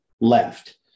left